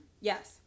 Yes